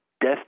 Death